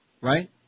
Right